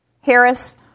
Harris